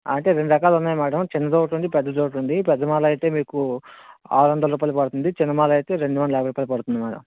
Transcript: అంటే రెండు రకాలున్నాయి మేడం చిన్నదొకటుంది పెద్దదొకటుంది పెద్ద మాల అయితే మీకు ఆరు వందల రూపాయలు పడుతుంది చిన్న మాల అయితే రెండు వందల యాభై రూపాయలు పడుతుంది మేడం